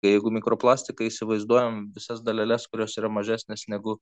jeigu mikroplastiką įsivaizduojam visas daleles kurios yra mažesnės negu